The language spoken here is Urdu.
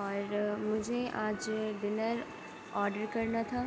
اور مجھے آج ڈنر آڈر کرنا تھا